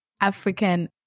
African